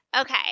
Okay